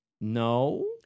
no